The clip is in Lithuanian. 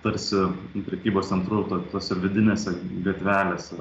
tarsi prekybos centrų to tose vidinėse gatvelėse